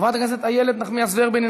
חברת הכנסת איילת נחמיאס ורבין,